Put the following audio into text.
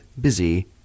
busy